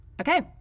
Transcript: okay